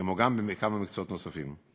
כמו גם בכמה מקצועות נוספים.